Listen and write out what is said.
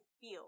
feel